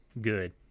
good